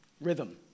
Rhythm